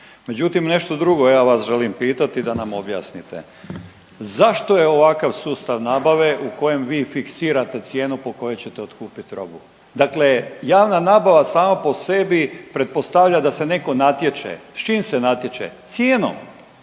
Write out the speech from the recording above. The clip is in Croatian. Međutim, nešto drugo ja vas želim pitati da nam objasnite, zašto je ovakav sustav nabave u kojem vi fiksirate cijenu po kojoj ćete otkupit robu? Dakle, javna nabava sama po sebi pretpostavlja da se neko natječe, s čim se natječe, cijenom,